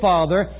Father